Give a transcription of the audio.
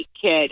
kid